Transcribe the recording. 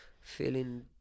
feeling